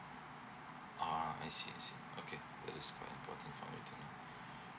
ah I see I see okay at least not important for me to know